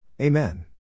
Amen